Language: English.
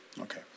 Okay